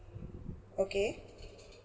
okay